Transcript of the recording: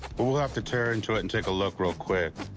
we'll we'll have to tear into it and take a look real quick.